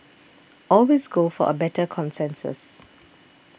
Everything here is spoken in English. always go for a better consensus